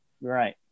Right